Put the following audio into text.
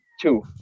two